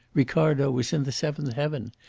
ricardo was in the seventh heaven.